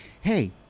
Hey